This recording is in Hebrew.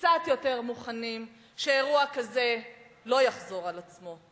קצת יותר מוכנים, שאירוע כזה לא יחזור על עצמו?